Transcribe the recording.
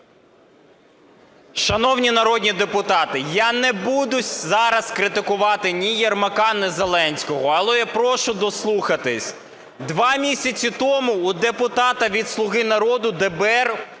Шановні народні депутати, я не буду зараз критикувати ні Єрмака, ні Зеленського, але прошу дослухатись. Два місяці тому у депутата від "Слуги народу" ДБР